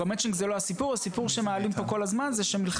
השאלה אם יש